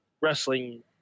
wrestling